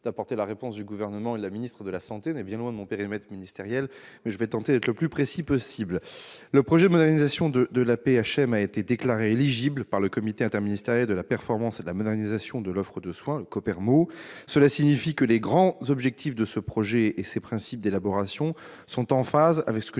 la réponse du Gouvernement et de la ministre de la santé à votre question bien éloignée de mon périmètre ministériel. Mais je vais tenter d'être le plus précis possible. Le projet de modernisation de l'AP-HM a été déclaré éligible par le Comité interministériel de la performance et de la modernisation de l'offre de soins hospitaliers, le COPERMO. Cela signifie que les grands objectifs de ce projet et ses principes d'élaboration sont en phase avec ce que